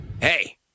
Hey